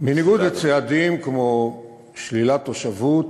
בניגוד לצעדים כמו שלילת תושבות